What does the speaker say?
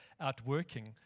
outworking